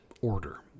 order